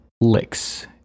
licks